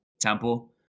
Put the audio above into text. Temple